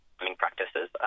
practices